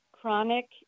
Chronic